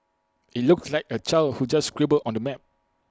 IT looks like A child who just scribbled on the map